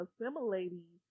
assimilating